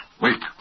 Wait